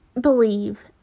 believe